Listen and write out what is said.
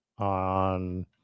on